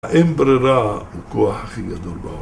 אין ברירה. הכוח הכי גדול בעולם